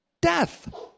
death